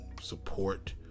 support